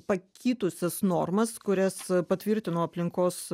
pakitusias normas kurias patvirtino aplinkos